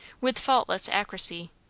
with faultless accuracy,